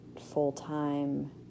full-time